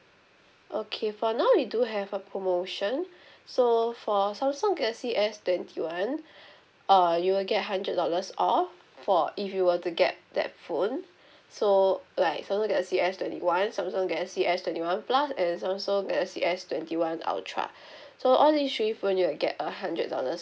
okay for now we do have a promotion so for Samsung galaxy S twenty one uh you will get hundred dollars off for if you were to get that phone so like Samsung galaxy S twenty one Samsung galaxy S twenty one plus and Samsung galaxy S twenty one ultra so all these three phone you get a hundred dollars